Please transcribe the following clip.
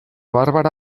barbara